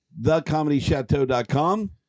thecomedychateau.com